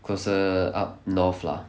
closer up north lah